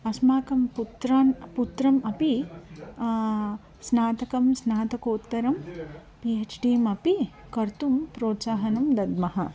अस्माकं पुत्रान् पुत्रम् अपि स्नातकं स्नातकोत्तरं पि हेच् डी अपि कर्तुं प्रोत्साहनं दद्मः